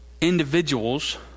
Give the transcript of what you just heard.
individuals